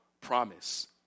promise